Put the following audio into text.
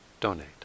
donate